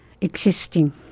existing